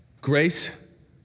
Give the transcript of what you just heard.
Grace